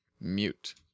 Mute